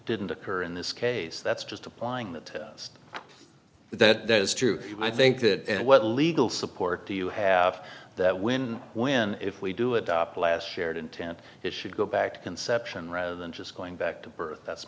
didn't occur in this case that's just applying that that is true i think that what legal support do you have that when when if we do it up last shared intent it should go back to conception rather than just going back to birth that's